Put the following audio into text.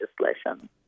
legislation